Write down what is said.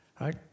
right